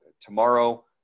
tomorrow